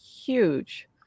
huge